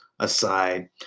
Aside